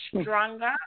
stronger